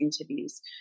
interviews